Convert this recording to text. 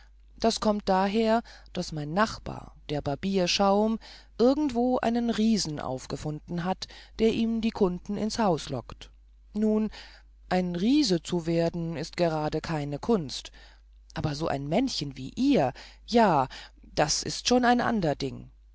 das kommt daher weil mein nachbar der barbier schaum irgendwo einen riesen aufgefunden hat der ihm die kunden ins haus lockt nun ein riese zu werden ist gerade keine kunst aber so ein männchen wie ihr ja das ist schon ein ander ding